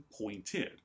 pointed